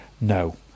No